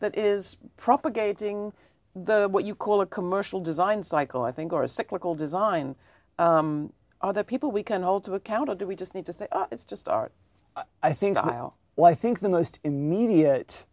that is propagating the what you call a commercial design cycle i think or a cyclical design that people we can hold to account to do we just need to say it's just art i think wow well i think the most immediate